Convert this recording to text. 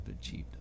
achieved